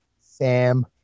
Sam